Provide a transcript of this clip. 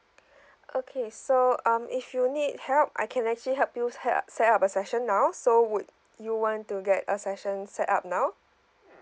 okay so um if you need help I can actually help you set up set up a session now so would you want to get a session set up now